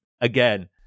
again